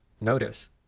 notice